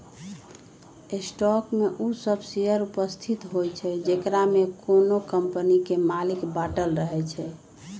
stock में उ सभ शेयर उपस्थित होइ छइ जेकरामे कोनो कम्पनी के मालिक बाटल रहै छइ